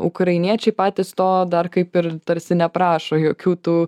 ukrainiečiai patys to dar kaip ir tarsi neprašo jokių tų